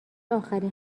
آخرین